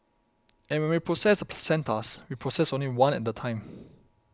and when we process the placentas we process only one at a time